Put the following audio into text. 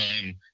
time